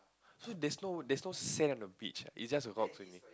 so there's no there's no sand on the beach is just rocks only